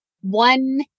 one